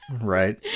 Right